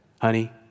Honey